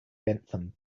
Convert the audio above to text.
bentham